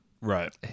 Right